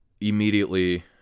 immediately